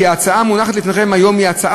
כי ההצעה המונחת לפניכם היום היא הצעה